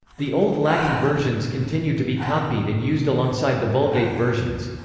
the old latin versions continued to be copied and used alongside the vulgate versions.